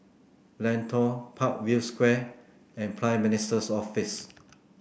Lentor Parkview Square and Prime Minister's Office